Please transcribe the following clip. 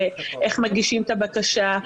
איך מגישים את הבקשה.